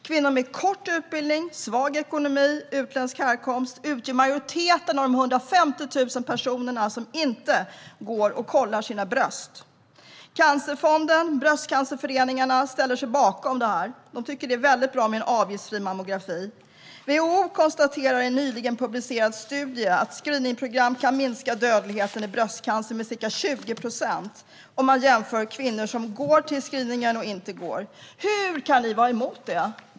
Kvinnor med kort utbildning, svag ekonomi eller av utländsk härkomst utgör majoriteten av de 150 000 som inte går och kollar sina bröst. Cancerfonden och Bröstcancerföreningarnas Riksorganisation tycker att det är bra med avgiftsfri mammografi. WHO konstaterar i en nyligen publicerad studie att screeningprogram kan minska dödligheten i bröstcancer med ca 20 procent. Hur kan ni, hela Alliansen vad jag förstår, vara emot det?